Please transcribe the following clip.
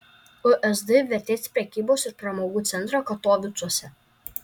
usd vertės prekybos ir pramogų centrą katovicuose